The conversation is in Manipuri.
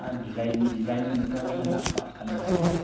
ꯑꯥ ꯗꯤꯖꯥꯏꯟꯒꯨꯝꯕ ꯇꯣꯉꯥꯟꯅ ꯂꯥꯛꯄ꯭ꯔꯥ ꯑꯗꯨꯒꯤꯅꯦ